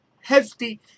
healthy